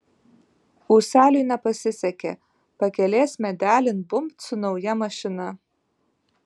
ūseliui nepasisekė pakelės medelin bumbt su nauja mašina